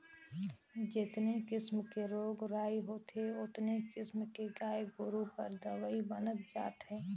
जेतने किसम के रोग राई होथे ओतने किसम के गाय गोरु बर दवई बनत जात हे